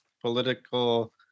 political